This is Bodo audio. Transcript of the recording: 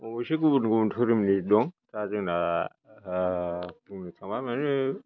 अबेसे गुबुन गुबुन धोरोमनि दं दा जोंना बुंनो थांबा मानि